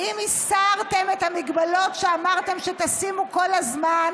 האם הסרתם את המגבלות שאמרתם שתשימו כל הזמן